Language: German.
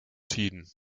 tiden